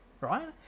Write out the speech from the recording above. right